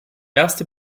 erste